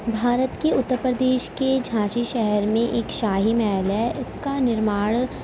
بھارت کے اتر پردیش کے جھانسی شہر میں ایک شاہی محل ہے اس کا نرماڑ